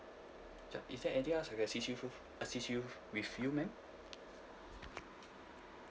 ya is there anything else I can assist you assist you with you ma'am